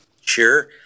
Sure